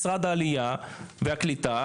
משרד העלייה והקליטה,